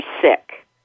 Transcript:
sick